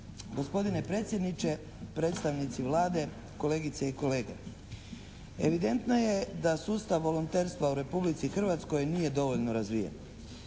Gospodine predsjedniče, predstavnici Vlade, kolegice i kolege! Evidentno je da sustav volonterstva u Republici Hrvatskoj nije dovoljno razvijen.